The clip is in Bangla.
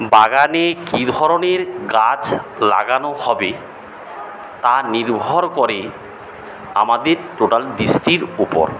বাগানে কি ধরনের গাছ লাগানো হবে তা নির্ভর করে আমাদের টোটাল দৃষ্টির উপর